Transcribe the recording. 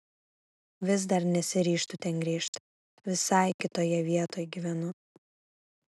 vis dar nesiryžtu ten grįžt visai kitoje vietoj gyvenu